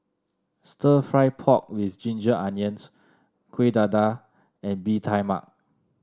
stir fry pork with Ginger Onions Kuih Dadar and Bee Tai Mak